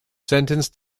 sentenced